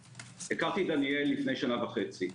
הכרתי את דניאל לפני שנה וחצי,